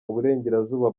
uburengerazuba